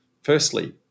firstly